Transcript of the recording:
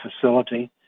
facility